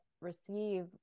receive